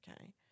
okay